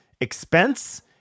expense